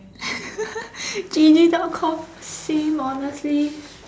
G_G dot com same honestly